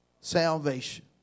salvation